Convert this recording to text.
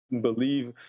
believe